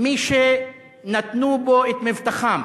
מי שנתנו בו את מבטחם.